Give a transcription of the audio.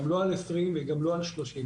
גם לא על 20 מיליון וגם לא על 30 מיליון.